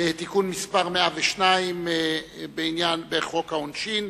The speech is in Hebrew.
בדבר תיקון טעות בחוק העונשין